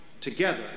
together